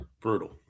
Brutal